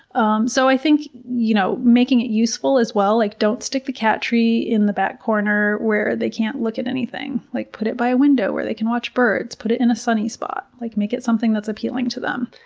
um so i think, you know, making it useful as well, like don't stick the cat tree in the back corner where they can't look at anything. like put it by a window where they can watch birds, put it in a sunny spot, like make it something that's appealing to them.